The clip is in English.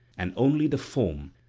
and only the foam,